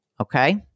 Okay